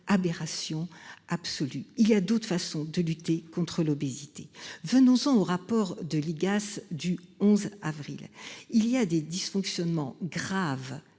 aberration absolue. Il y a d'autres façons de lutter contre l'obésité venons sont au rapport de l'IGAS du 11 avril il y a des dysfonctionnements graves,